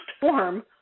form